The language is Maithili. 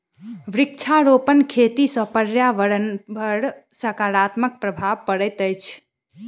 वृक्षारोपण खेती सॅ पर्यावरणपर सकारात्मक प्रभाव पड़ैत छै